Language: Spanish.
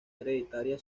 hereditaria